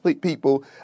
people